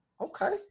Okay